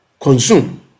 consume